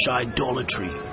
idolatry